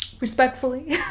respectfully